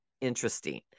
Interesting